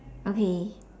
okay